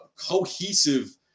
cohesive